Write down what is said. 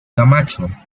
camacho